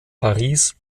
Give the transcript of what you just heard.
paris